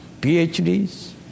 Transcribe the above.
PhDs